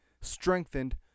strengthened